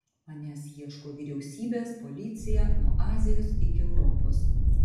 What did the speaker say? manęs ieško vyriausybės policija nuo azijos iki europos